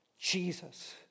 Jesus